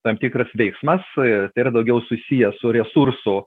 tam tikras veiksmas tai yra daugiau susijęs su resursų